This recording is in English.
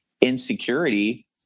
insecurity